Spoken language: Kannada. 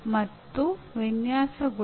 ಅದು ಅದರ ಗುರಿ